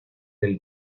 del